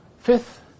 Fifth